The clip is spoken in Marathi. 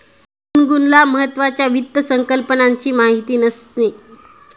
गुनगुनला महत्त्वाच्या वित्त संकल्पनांची माहिती नसते